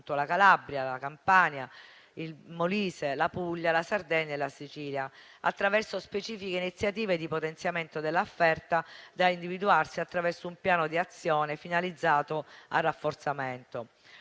la Calabria, la Campania, il Molise, la Puglia, la Sardegna e la Sicilia, attraverso specifiche iniziative di potenziamento dell'offerta, da individuarsi attraverso un piano di azione finalizzato al rafforzamento.